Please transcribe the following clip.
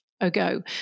ago